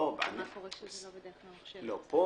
הסיפור המרכזי פה,